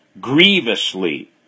grievously